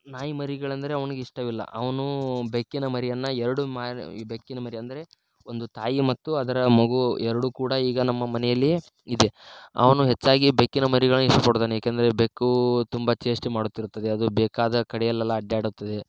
ನಾಯಿ ಮರಿಗಳಂದರೆ ಅವನಿಗಿಷ್ಟವಿಲ್ಲ ಅವನು ಬೆಕ್ಕಿನ ಮರಿಯನ್ನು ಎರಡು ಮರಿ ಬೆಕ್ಕಿನ ಮರಿ ಅಂದರೆ ಒಂದು ತಾಯಿ ಮತ್ತು ಅದರ ಮಗು ಎರಡು ಕೂಡ ಈಗ ನಮ್ಮ ಮನೆಯಲ್ಲಿಯೇ ಇದೆ ಅವನು ಹೆಚ್ಚಾಗಿ ಬೆಕ್ಕಿನ ಮರಿಗಳನ್ನು ಇಷ್ಟಪಡುತ್ತಾನೆ ಏಕೆಂದರೆ ಬೆಕ್ಕು ತುಂಬ ಚೇಷ್ಟೆ ಮಾಡುತ್ತಿರುತ್ತದೆ ಅದು ಬೇಕಾದ ಕಡೆಯಲ್ಲೆಲ್ಲ ಅಡ್ಡಾಡುತ್ತದೆ